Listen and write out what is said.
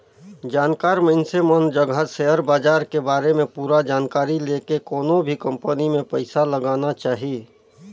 जानकार मइनसे मन जघा सेयर बाजार के बारे में पूरा जानकारी लेके कोनो भी कंपनी मे पइसा लगाना चाही